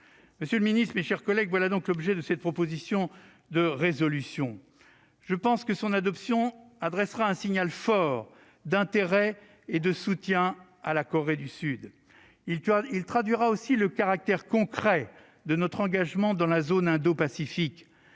Monsieur le ministre, mes chers collègues, voilà donc l'objet de cette proposition de résolution. Je pense que son adoption adressera un signal fort d'intérêt pour la Corée du Sud et de soutien à cette nation. Elle traduira aussi le caractère concret de notre engagement dans la zone indo-pacifique.